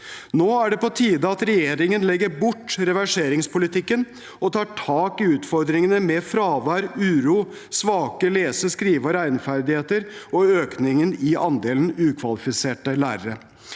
Nå er det på tide at regjeringen legger bort reverseringspolitikken og tar tak i utfordringene med fravær, uro, svake lese-, skrive- og regneferdigheter og økningen i andelen ukvalifiserte lærere.